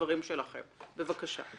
בבקשה.